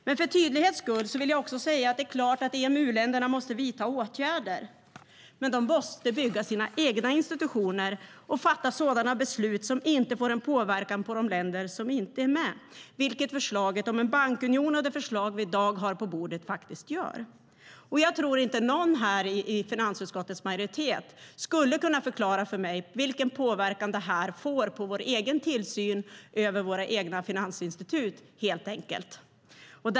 Men för tydlighets skull vill jag också säga att det är klart att EMU-länderna måste vidta åtgärder, men de måste bygga sina egna institutioner och fatta sådana beslut som inte påverkar de länder som inte är med, vilket förslaget om en bankunion och det förslag vi i dag har på bordet faktiskt gör. Jag tror inte att någon i finansutskottets majoritet skulle kunna förklara för mig vilken påverkan detta får på vår egen tillsyn över våra egna finansinstitut.